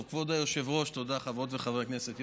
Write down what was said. כבוד היושב-ראש, חברות וחברי הכנסת,